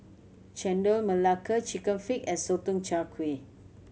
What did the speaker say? Chendol Melaka Chicken Feet and Sotong Char Kway